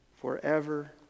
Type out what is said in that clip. forever